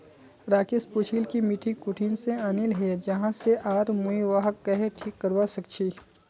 राकेश पूछिल् कि मिट्टी कुठिन से आनिल हैये जा से आर मुई वहाक् कँहे ठीक करवा सक छि